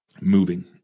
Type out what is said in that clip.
moving